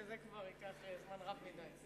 וזה כבר ייקח זמן רב מדי.